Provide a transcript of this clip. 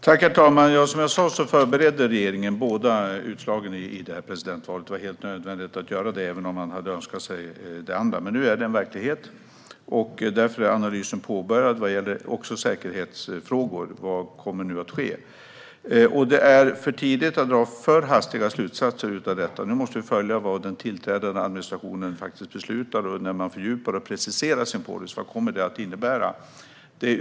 Herr talman! Som jag sa hade regeringen förberett sig för båda utslagen i presidentvalet. Det var helt nödvändigt att göra detta, även om man hade önskat sig ett annat utfall. Nu är det dock verklighet, och därför är analysen påbörjad också när det gäller säkerhetsfrågor och vad som nu kommer att ske. Det är för tidigt att dra för långtgående slutsatser - nu måste vi följa vad den tillträdande administrationen beslutar när man fördjupar och preciserar sin policy. Vi får se vad detta kommer att innebära.